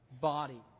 body